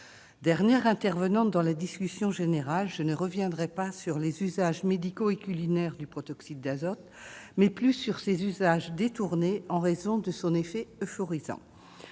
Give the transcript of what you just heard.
dernière intervenante dans la discussion générale, je ne reviendrai pas sur les usages médicaux et culinaires du protoxyde d'azote. Je centrerai mon propos sur ses usages détournés en raison de son effet euphorisant.